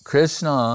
Krishna